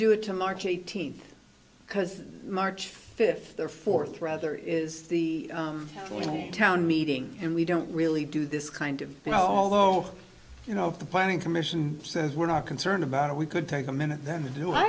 do it to march eighteenth because march fifth their fourth rather it is the only town meeting and we don't really do this kind of thing although you know if the planning commission says we're not concerned about it we could take a minute then to do i